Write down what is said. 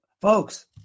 folks